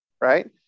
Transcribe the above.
Right